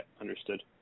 understood